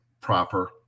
proper